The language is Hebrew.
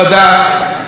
יוכל לעשות את זה,